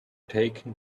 taken